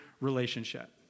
relationship